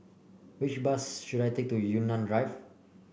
which bus should I take to Yunnan Drive